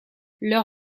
leur